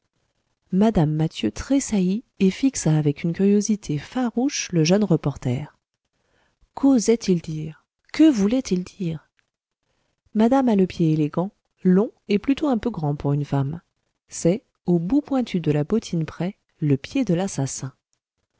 mme mathieu tressaillit et fixa avec une curiosité farouche le jeune reporter quosait il dire que voulait-il dire madame a le pied élégant long et plutôt un peu grand pour une femme c'est au bout pointu de la bottine près le pied de l'assassin